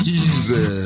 easy